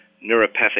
neuropathic